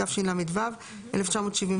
התשל"ו-1975".